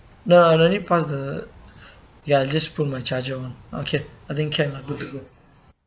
no no no need pass the ya just put my charger on okay I think can lah good to go